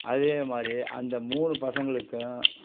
அதேமாதிரி அந்த மூணு பசங்களுக்கும்